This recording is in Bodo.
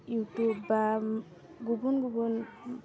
इउटुब बा गुबुन गुबुन